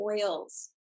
oils